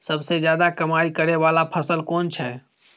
सबसे ज्यादा कमाई करै वाला फसल कोन छै?